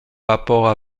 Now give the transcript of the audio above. rapports